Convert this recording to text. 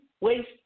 waste